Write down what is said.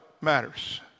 matters